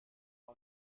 man